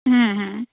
হ্যাঁ হ্যাঁ